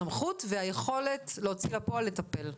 הסמכות והיכולת להוציא לפועל ולטפל.